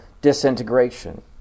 disintegration